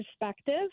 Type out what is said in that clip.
perspective